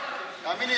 תאמין לי,